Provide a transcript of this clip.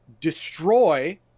destroy